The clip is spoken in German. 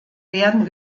werden